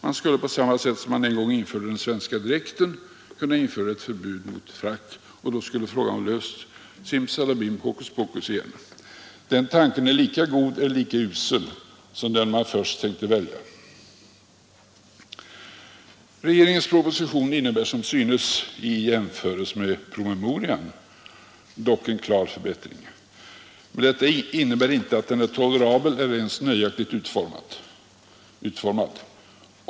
Man skulle på samma sätt som man en gång införde den svenska dräkten kunna införa ett förbud mot frack, och då skulle frågan vara löst simsalabim — hokus pokus! Den tanken är lika god eller lika usel som den man först tänkte välja. Regeringens proposition innebär som synes i jämförelse med promemorian dock en klar förbättring. Men detta innebär inte att den är tolerabel eller ens nöjaktigt utformad.